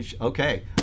Okay